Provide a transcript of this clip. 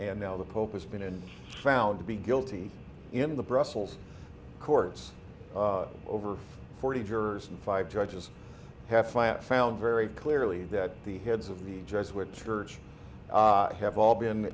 and now the pope has been found to be guilty in the brussels courts over forty jurors and five judges have flat found very clearly that the heads of the judges which have all been